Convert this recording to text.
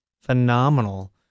phenomenal